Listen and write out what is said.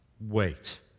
wait